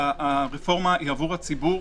הרפורמה היא עבור הציבור,